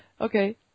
Okay